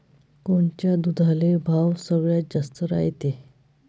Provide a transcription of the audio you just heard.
कोनच्या दुधाले भाव सगळ्यात जास्त रायते?